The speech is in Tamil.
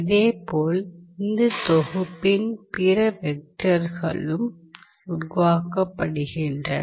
இதேபோல் இந்த தொகுப்பின் பிற வெக்டர்களும் உருவாக்கப்படுகின்றன